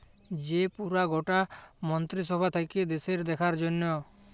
যে পুরা গটা মন্ত্রী সভা থাক্যে দ্যাশের দেখার জনহ